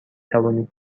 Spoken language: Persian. توانید